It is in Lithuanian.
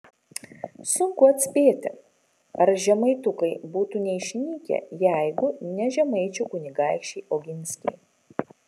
sunku atspėti ar žemaitukai būtų neišnykę jeigu ne žemaičių kunigaikščiai oginskiai